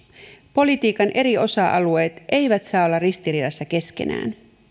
politiikan eri osa alueet eivät saa olla ristiriidassa keskenään